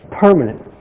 permanent